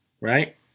right